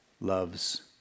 loves